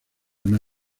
una